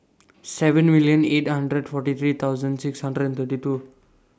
seven million eight hundred forty three thousand six hundred and thirty two